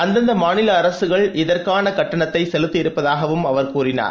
அந்தந்த மாநில அரசுகள் இதற்கான கட்டணத்தை செலுத்தியிருப்பதாகவும் அவர் கூறினார்